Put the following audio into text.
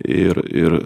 ir ir